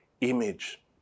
image